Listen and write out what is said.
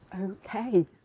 okay